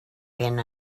been